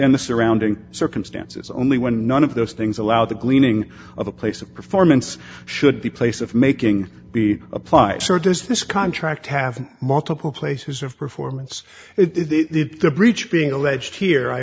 and the surrounding circumstances only when none of those things allow the gleaning of the place of performance should the place of making be applied so does this contract have multiple places of performance it the breach being alleged here i